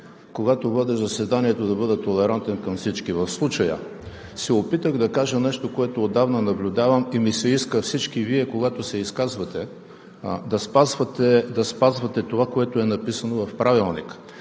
когато водя заседанието, да бъда толерантен към всички. В случая се опитах да кажа нещо, което отдавна наблюдавам, и ми се иска всички Вие, когато се изказвате, да спазвате това, което е написано в Правилника,